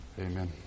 amen